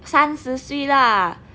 三十岁 lah